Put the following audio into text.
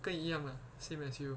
跟你一样 ah same as you